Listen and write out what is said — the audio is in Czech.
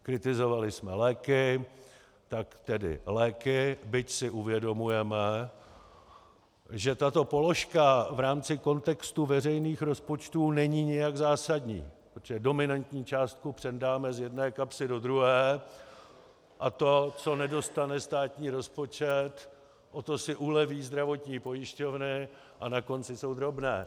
Kritizovali jsme léky, tak tedy léky, byť si uvědomujeme, že tato položka v rámci kontextu veřejných rozpočtů není nijak zásadní, protože dominantní částku přendáme z jedné kapsy do druhé a to, co nedostane státní rozpočet, o to si uleví zdravotní pojišťovny a na konci jsou drobné.